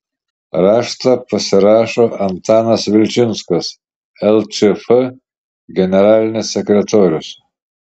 raštą pasirašo antanas vilčinskas lčf generalinis sekretorius